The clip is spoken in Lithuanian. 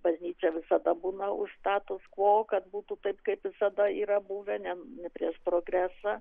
bažnyčia visada būna už status kvo kad būtų taip kaip visada yra buvę ne prieš progresą